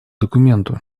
документу